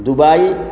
Dubai